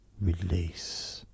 release